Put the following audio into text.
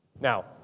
Now